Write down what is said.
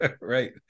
Right